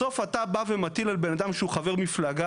בסוף אתה בא ומטיל על בן אדם שהוא חבר מפלגה,